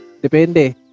Depende